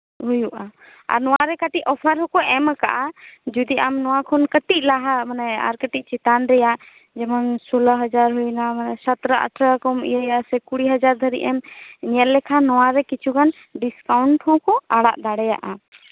ᱦᱩᱭᱩᱜᱼᱟ ᱟᱨ ᱱᱚᱣᱟᱨᱮ ᱠᱟᱹᱴᱤᱡ ᱚᱯᱷᱟᱨ ᱦᱚᱸᱠᱚ ᱮᱢ ᱠᱟᱜᱼᱟ ᱡᱮ ᱟᱢ ᱱᱚᱣᱟ ᱠᱷᱚᱡ ᱠᱟᱹᱴᱤᱡ ᱞᱟᱦᱟ ᱟᱨ ᱠᱟᱹᱴᱤᱡ ᱪᱮᱛᱟᱱ ᱨᱮᱭᱟᱜ ᱡᱮᱢᱚᱱ ᱥᱳᱞᱞᱳ ᱦᱟᱡᱟᱨ ᱥᱚᱛᱨᱳ ᱟᱴᱷᱟᱨᱳ ᱤᱭᱟᱹ ᱭᱟ ᱥᱮ ᱠᱩᱲᱤ ᱦᱟᱡᱟᱨ ᱫᱷᱟᱹᱵᱤᱡ ᱮᱢ ᱧᱮᱞ ᱞᱮᱠᱷᱟᱱ ᱱᱚᱣᱟᱨᱮ ᱠᱤᱪᱷᱩ ᱜᱟᱱ ᱰᱤᱥᱠᱟᱩᱱᱴ ᱦᱚᱸᱠᱚ ᱟᱲᱟᱜ ᱫᱟᱲᱮᱭᱟᱜᱼᱟ